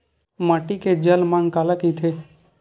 माटी के जलमांग काला कइथे?